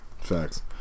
Facts